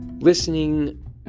listening